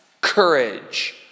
courage